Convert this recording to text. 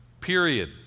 period